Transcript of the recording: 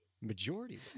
Majority